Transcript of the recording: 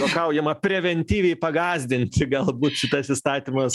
juokaujama preventyviai pagąsdinti galbūt šitas įstatymas